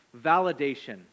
validation